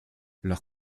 leur